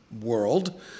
world